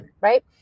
right